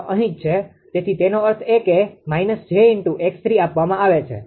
તેથી તેનો અર્થ એ કે −𝑗𝑥3 આપવામાં આવે છે